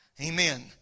Amen